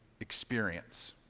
experience